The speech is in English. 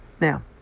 Now